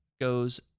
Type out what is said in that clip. Goes